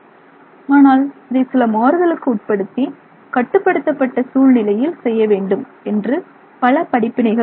ஆனால் இதை சில மாறுதலுக்கு உட்படுத்தி கட்டுப்படுத்தப்பட்ட சூழ்நிலையில் செய்ய வேண்டும் என்று பல படிப்பினைகள் கூறுகின்றன